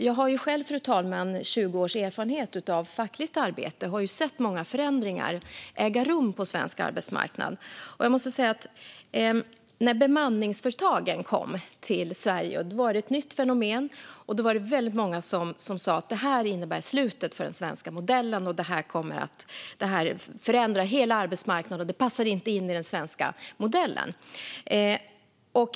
Jag har själv 20 års erfarenhet av fackligt arbete och har sett många förändringar äga rum på svensk arbetsmarknad. När bemanningsföretagen kom till Sverige var det ett nytt fenomen, och väldigt många sa: Det här innebär slutet för den svenska modellen, det här förändrar hela arbetsmarknaden och det passar inte in i den svenska modellen.